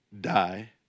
die